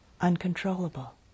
uncontrollable